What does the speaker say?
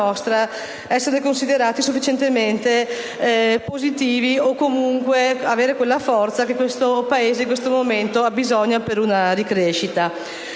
essere considerati sufficientemente positivi o comunque avere quella forza di cui il nostro Paese in questo momento ha bisogno per ripresa